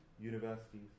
universities